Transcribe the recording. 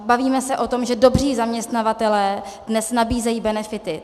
Bavíme se o tom, že dobří zaměstnavatelé dnes nabízejí benefity.